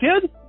kid